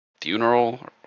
funeral